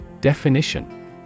Definition